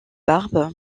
barbe